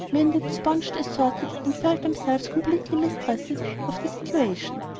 mended, sponged, assorted, and felt themselves completely mistresses of the situation.